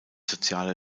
soziale